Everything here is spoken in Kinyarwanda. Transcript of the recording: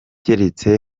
keretse